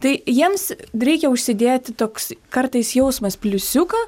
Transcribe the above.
tai jiems reikia užsidėti toks kartais jausmas pliusiuką